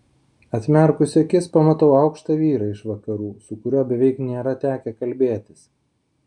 atmerkusi akis pamatau aukštą vyrą iš vakarų su kuriuo beveik nėra tekę kalbėtis